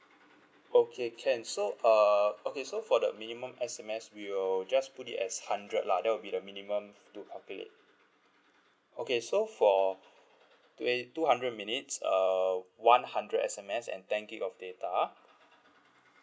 okay can so uh okay so for the minimum S_M_S we'll just put it as hundred lah that will be the minimum to calculate okay so for twe~ two hundred minutes uh one hundred S_M_S and ten gig of data